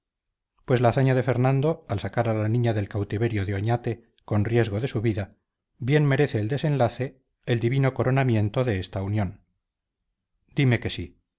pues la hazaña de fernando al sacar a la niña del cautiverio de oñate con riesgo de su vida bien merece el desenlace el divino coronamiento de esta unión dime que sí